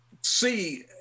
see